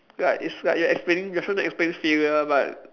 like it's like you're explaining you're trying to explain failure but